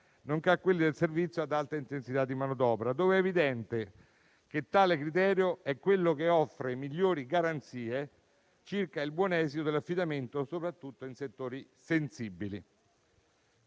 nonché a quelli del servizio ad alta intensità di manodopera, dove è evidente che tale criterio è quello che offre migliori garanzie circa il buon esito dell'affidamento, soprattutto in settori sensibili.